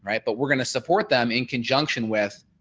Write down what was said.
right. but we're going to support them in conjunction with,